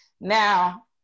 Now